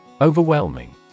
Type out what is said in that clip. Overwhelming